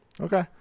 Okay